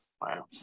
wow